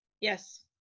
Yes